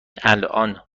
الان